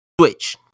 Switch